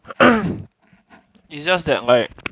it's just that like